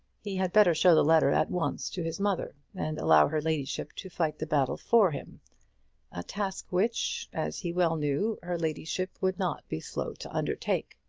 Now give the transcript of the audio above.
he had better show the letter at once to his mother, and allow her ladyship to fight the battle for him a task which, as he well knew, her ladyship would not be slow to undertake.